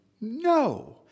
No